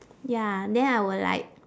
ya then I will like